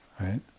right